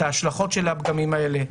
את ההשלכות של הפגמים האלה,